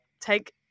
take